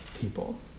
people